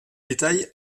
détail